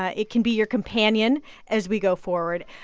ah it can be your companion as we go forward.